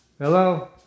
Hello